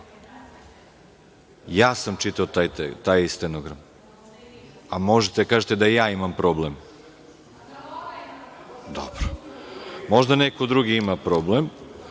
sam čitao taj stenogram, a možete da kažete da i ja imam problem. Dobro. Možda neko drugi ima problem,